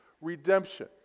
redemption